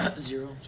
Zero